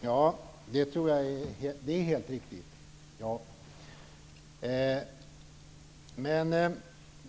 Fru talman! Jag tror att det Alice Åström säger är helt riktigt.